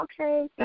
Okay